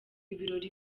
ibiro